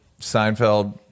Seinfeld